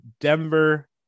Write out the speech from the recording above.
Denver